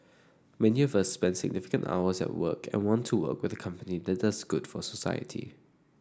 many of us spend significant hours at work and want to work with a company that does good for society